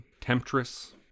temptress